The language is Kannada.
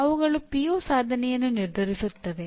ಅವುಗಳು ಪಿಒ ಸಾಧನೆಯನ್ನು ನಿರ್ಧರಿಸುತ್ತದೆ